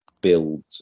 build